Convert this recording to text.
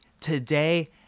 today